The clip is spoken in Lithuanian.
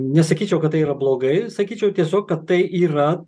nesakyčiau kad tai yra blogai sakyčiau tiesiog kad tai yra